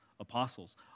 Apostles